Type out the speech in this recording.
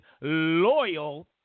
loyal